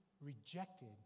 rejected